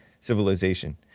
civilization